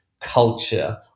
culture